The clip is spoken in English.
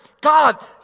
God